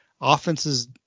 offenses